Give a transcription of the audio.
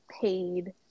paid